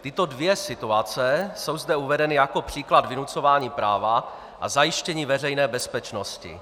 Tyto dvě situace jsou zde uvedeny jako příklad vynucování práva a zajištění veřejné bezpečnosti.